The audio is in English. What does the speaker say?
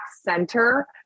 center